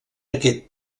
aquest